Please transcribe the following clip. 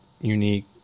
unique